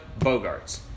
Bogarts